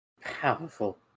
powerful